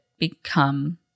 become